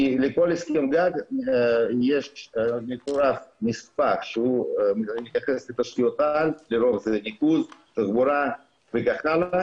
לכל הסכם גג מצורף נספח שמתייחס לתשתיות העל - תחבורה וכך הלאה